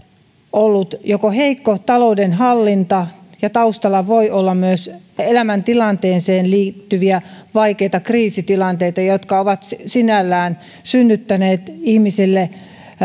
ollut joko heikko taloudenhallinta tai taustalla voi olla myös elämäntilanteeseen liittyviä vaikeita kriisitilanteita jotka ovat sinällään synnyttäneet ihmisille